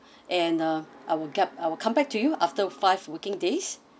and uh I will def~ I will come back to you after five working days